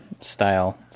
style